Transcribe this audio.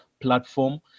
platform